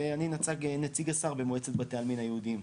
ואני נציג השר במועצת בתי העלמין היהודיים.